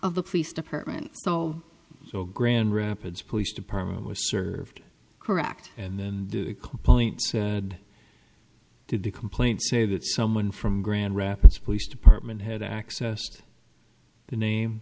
of the police department so your grand rapids police department was served correct and then point did the complaint say that someone from grand rapids police department had access to the name